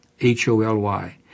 H-O-L-Y